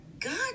God